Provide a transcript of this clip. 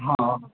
ହଁ